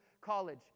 college